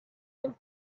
hong